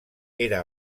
era